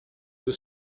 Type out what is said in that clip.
deux